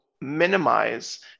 minimize